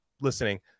listening